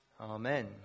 Amen